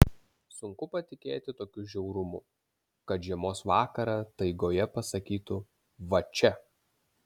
sunku patikėti tokiu žiaurumu kad žiemos vakarą taigoje pasakytų va čia